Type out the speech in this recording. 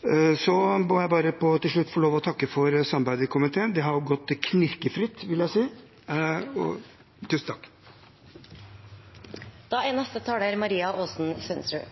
Til slutt vil jeg få lov til å takke for samarbeidet i komiteen. Det har gått knirkefritt, vil jeg si. Tusen takk! I dag er